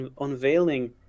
unveiling